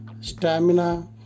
stamina